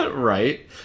Right